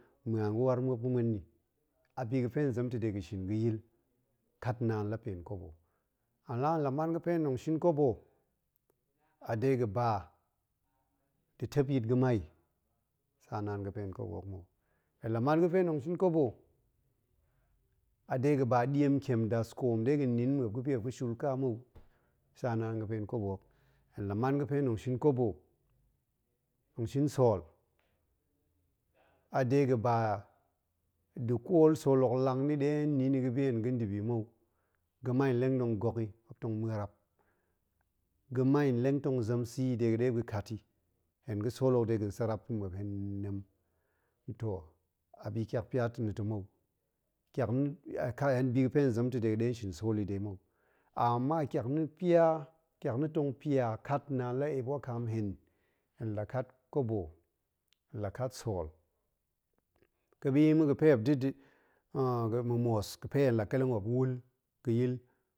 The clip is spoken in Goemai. Muan ga̱waar muop ga̱ muen nni, a bi ga̱pe hen zem ta̱ de ga̱shin ga̱yil kat naan la pa̱ hen koom hok, a la hen la man ga̱pe hen tong shin kobo ade ga̱ba da̱ tep yit ga̱mai tsa naan ga̱pa̱ hen kobo hok, hen la man ga̱pe hen tong shin kobo, a dega̱ nin mmuop ga̱pe muop ga̱ shuulka mou tsa naan ga̱pa̱ hen kobo hok, hen la man ga̱pe hen tong shin sool a dega̱ ba da̱ kwal sool hok lang nni de hen nin yi ga̱pe hen ganda bi mou, ga̱mai nlong nong gok yi, tong muarap, ga̱mai nlong tong zem sa̱ yi dega̱ ɗe muop ga̱kat yi, hen ga̱sool hok dega̱n sarap pa̱ muop hen nem toh a bi tyakpya nna ta̱ mou, tyak na̱ pya laai abi ga̱oe hen zem ta̱ dega̱ ɗe hen shin sool yi de mou, ama tyak na pya tyak na̱ tong pya kat naan la eep wakaam nhen, hen la kat kobo hen la kat sool ga̱bi ma̱ ga̱pe muop da̱ sa̱ ma̱ moos ga̱pe hen la kelleng muop wul ga̱yil